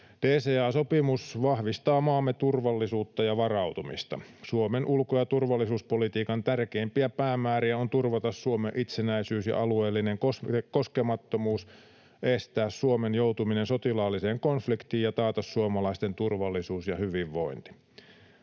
DCA-sopimus vahvistaa maamme turvallisuutta ja varautumista. Suomen ulko- ja turvallisuuspolitiikan tärkeimpiä päämääriä on turvata Suomen itsenäisyys ja alueellinen koskemattomuus, estää Suomen joutuminen sotilaalliseen konfliktiin ja taata suomalaisten turvallisuus ja hyvinvointi.